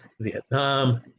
Vietnam